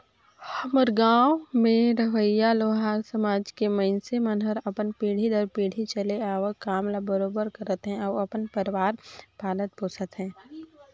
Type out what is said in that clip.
हमर गाँव घर में रहोइया लोहार समाज के मइनसे मन ह अपन पीढ़ी दर पीढ़ी चले आवक काम ल बरोबर करत हे अउ अपन परवार पालत पोसत हे